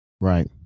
right